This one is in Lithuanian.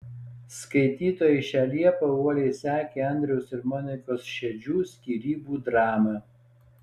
skaitytojai šią liepą uoliai sekė andriaus ir monikos šedžių skyrybų dramą